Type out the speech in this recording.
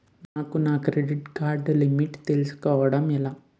నాకు నా credit card limit తెలుసుకోవడం ఎలా?